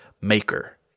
maker